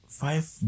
five